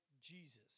Jesus